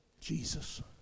Jesus